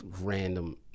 random